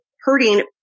hurting